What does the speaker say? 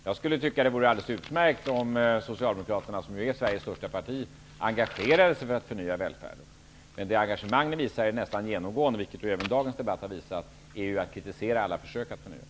Jag skulle tycka att det vore alldeles utmärkt om Socialdemokraterna, som ju är Sveriges största parti, engagerade sig för att förnya välfärden. Men det engagemang det visar är nästan genomgående, vilket ju även dagens debatt har visat, att kritisera alla försök att förnya.